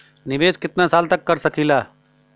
निवेश कितना साल तक कर सकीला?